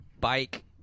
bike